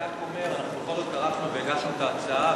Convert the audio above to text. אני רק אומר שאנחנו בכל זאת טרחנו והגשנו את ההצעה,